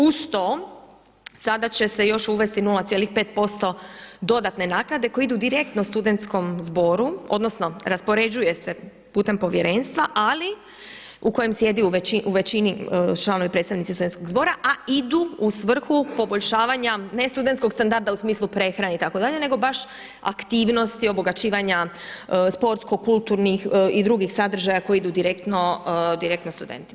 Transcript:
Uz to sada će se još uvesti 0,5% dodatne naknade koji idu direktno studentskom zboru odnosno raspoređuje se putem povjerenstva ali u kojem sjedi u većini članovi predstavnici studentskog zbora a idu u svrhu poboljšavanja ne studentskog standarda u smislu prehrane itd. nego baš aktivnosti obogaćivanja sportsko-kulturnih i drugih sadržaja koji idu direktno studentima.